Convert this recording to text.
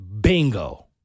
Bingo